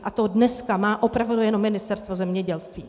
A to dneska má opravdu jenom Ministerstvo zemědělství.